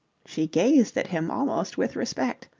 she gazed at him almost with respect.